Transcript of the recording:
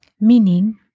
Meaning